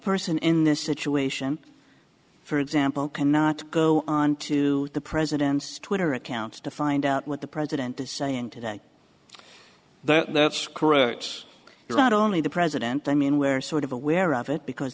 person in this situation for example cannot go on to the president's twitter accounts to find out what the president is saying today that's correct not only the president i mean we're sort of aware of it because